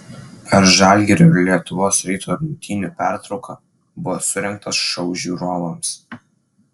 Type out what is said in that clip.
per žalgirio ir lietuvos ryto rungtynių pertrauką buvo surengtas šou žiūrovams